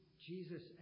Jesus